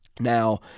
Now